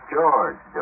George